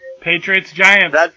Patriots-Giants